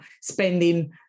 spending